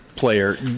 player